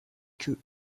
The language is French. queue